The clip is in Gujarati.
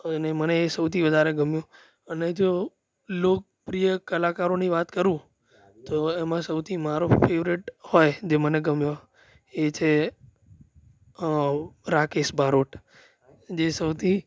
અને મને એ સૌથી વધારે ગમ્યું અને જો લોકપ્રિય કલાકારોની વાત કરું તો એમાં સૌથી મારો ફેવરેટ હોય જે મને ગમ્યો એ છે રાકેશ બારોટ જે સૌથી